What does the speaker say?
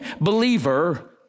believer